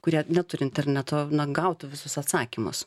kurie neturi interneto na gautų visus atsakymus